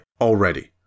already